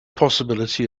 possibility